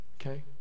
okay